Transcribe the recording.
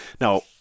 Now